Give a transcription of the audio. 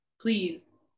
please